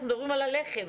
אנחנו מדברים על הלחם.